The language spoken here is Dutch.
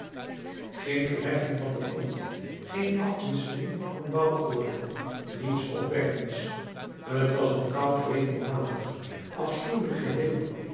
geen verheffingen van den grond geen afwisseling van bouworde niets opwekkends t was een koud regelmatig afschuwelijk geheel